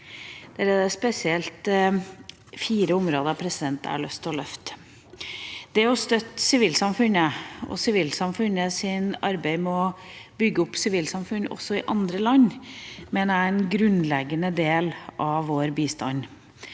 er det spesielt fire områder jeg har lyst til å løfte fram. Det å støtte sivilsamfunnet og sivilsamfunnets arbeid med å bygge opp sivilsamfunn også i andre land, mener jeg er en grunnleggende del av vår bistand.